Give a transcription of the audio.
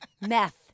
Meth